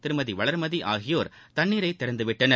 திருமதி வளர்மதி ஆகியோர் தண்ணீரை திறந்துவிட்டனர்